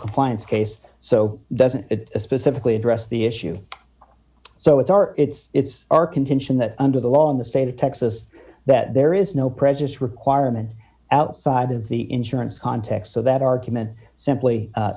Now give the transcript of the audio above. compliance case so doesn't it specifically address the issue so it's our it's our contention that under the law in the state of texas that there is no presence requirement outside of the insurance context so that argument simply